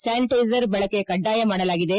sanitiser ಬಳಕೆ ಕಡ್ಡಾಯ ಮಾಡಲಾಗಿದೆ